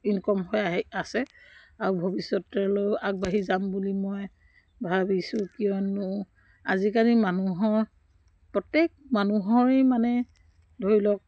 income হৈ আহি আছে আৰু ভৱিষ্যতেলৈও আগবাঢ়ি যাম বুলি মই ভাবিছোঁ কিয়নো আজিকালি মানুহৰ প্ৰত্যেক মানুহৰেই মানে ধৰি লওক